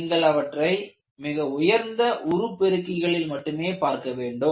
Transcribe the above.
நீங்கள் அவற்றை மிக உயர்ந்த உருப்பெருக்கங்களில் மட்டுமே பார்க்க வேண்டும்